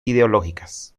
ideológicas